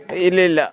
ഇല്ലില്ല